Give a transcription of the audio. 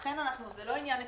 לכן זה לא עניין עקרוני,